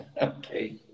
Okay